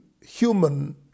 human